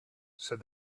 said